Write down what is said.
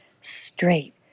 straight